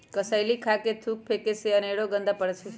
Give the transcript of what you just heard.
कसेलि खा कऽ थूक फेके से अनेरो गंदा पसरै छै